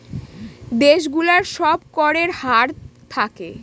দেশ গুলোর সব করের হার থাকে